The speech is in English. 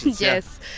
Yes